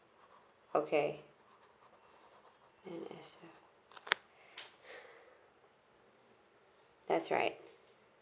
okay mm as well that's right